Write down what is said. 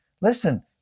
listen